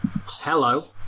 Hello